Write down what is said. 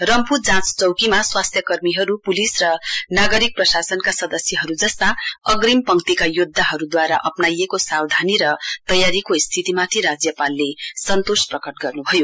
रम्फू जाँच चैकीमा स्वास्थ्य कर्मीहरू पुलिस र नागरिक प्रशासनका सदस्यहरू जस्ता अग्रिम पक्तिका योध्याहरूद्वारा अप्राइएको सावधानी र तयारीको स्थितिमाथि राज्यपालले सन्तोष प्रकट गर्नुभयो